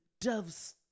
doves